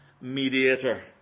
mediator